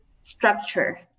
structure